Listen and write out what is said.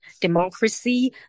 democracy